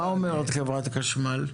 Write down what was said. ישולה, מה אומרת חברת החשמל?